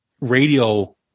radio